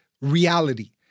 reality